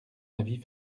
avis